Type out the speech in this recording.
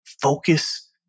focus